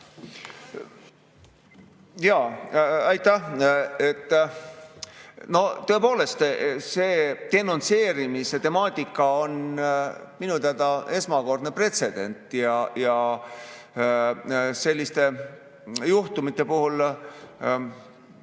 teie aeg! Aitäh! Tõepoolest, see denonsseerimise temaatika on minu teada esmakordne pretsedent. Selliste juhtumite puhul